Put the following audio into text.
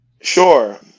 Sure